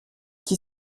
qui